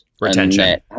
Retention